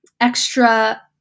extra